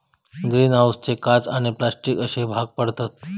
green हाऊसचे काच आणि प्लास्टिक अश्ये भाग पडतत